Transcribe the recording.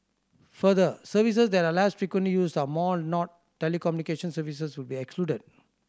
further services that are less frequently used are more not telecommunication services will be excluded